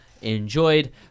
enjoyed